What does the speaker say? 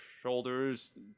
shoulders